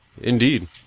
Indeed